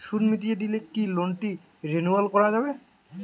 সুদ মিটিয়ে দিলে কি লোনটি রেনুয়াল করাযাবে?